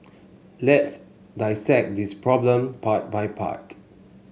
let's dissect this problem part by part